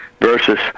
versus